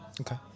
Okay